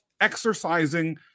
exercising